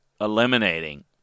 eliminating